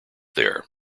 there